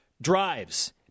drives